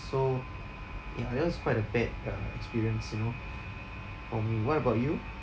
so ya that was quite a bad uh experience you know for me what about you